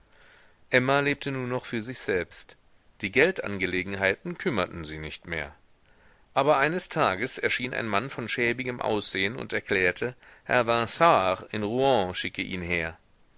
emma lebte nur noch für sich selbst die geldangelegenheiten kümmerten sie nicht mehr aber eines tages erschien ein mann von schäbigem aussehen und erklärte herr vinard in rouen schicke ihn her